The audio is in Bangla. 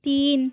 তিন